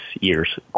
year's